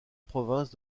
province